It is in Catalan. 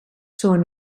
són